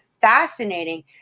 fascinating